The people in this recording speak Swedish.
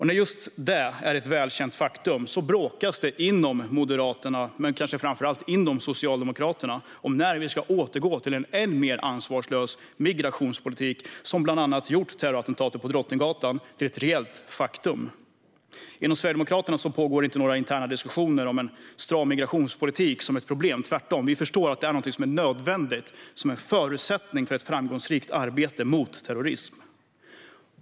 När just detta är ett välkänt faktum bråkas det inom Moderaterna och kanske framför allt inom Socialdemokraterna om när vi ska återgå till en än mer ansvarslös migrationspolitik, som bland annat har gjort terrorattentatet på Drottninggatan till ett reellt faktum. Inom Sverigedemokraterna pågår inga interna diskussioner om en stram migrationspolitik som ett problem. Tvärtom: Vi förstår att detta är någonting som är nödvändigt och en förutsättning för ett framgångsrikt arbete mot terrorism.